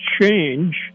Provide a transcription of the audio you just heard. change